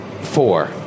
Four